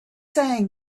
saying